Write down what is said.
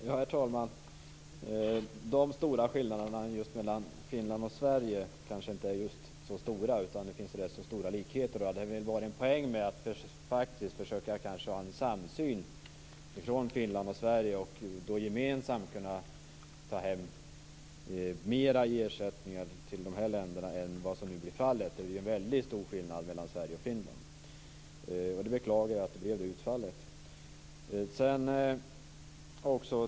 Herr talman! De stora skillnaderna mellan Finland och Sverige är - just det - inte så stora, utan det finns rätt så stora likheter. Därför var det en poäng med att faktiskt försöka ha en samsyn mellan Sverige och Finland och gemensamt ta hem mera i ersättning till de här länderna än vad som nu blev fallet. Det är en väldigt stor skillnad där mellan Sverige och Finland. Jag beklagar att utfallet blev sådant.